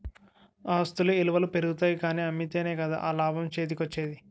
ఆస్తుల ఇలువలు పెరుగుతాయి కానీ అమ్మితేనే కదా ఆ లాభం చేతికోచ్చేది?